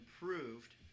improved